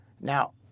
Now